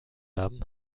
haben